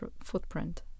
footprint